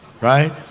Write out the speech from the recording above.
right